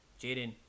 Jaden